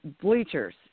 bleachers